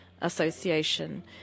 Association